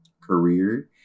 career